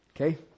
Okay